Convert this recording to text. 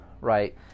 right